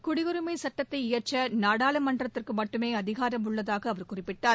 குடியுரிமைசட்டத்தை இயற்றநாடாளுமன்றத்திற்குமட்டுமேஅதிகாரம் உள்ளதாகஅவர் குறிப்பிட்டார்